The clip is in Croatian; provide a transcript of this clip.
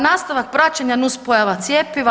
Nastavak praćenja nuspojava cjepiva.